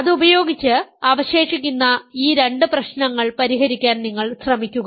അതുപയോഗിച്ച് അവശേഷിക്കുന്ന ഈ രണ്ട് പ്രശ്നങ്ങൾ പരിഹരിക്കാൻ നിങ്ങൾ ശ്രമിക്കുക